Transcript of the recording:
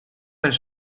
per